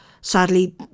sadly